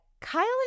Kyle